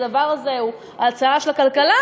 הדבר הזה הוא ההצלה של הכלכלה?